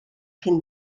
cyn